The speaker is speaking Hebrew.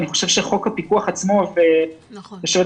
אין אזכור